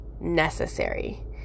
necessary